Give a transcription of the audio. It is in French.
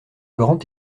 grand